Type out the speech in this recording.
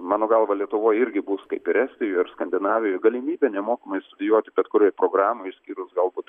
mano galva lietuvoj irgi bus kaip ir estijoje ir skandinavijoj galimybė nemokamai studijuoti bet kurioj programoj išskyrus galbūt